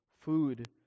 food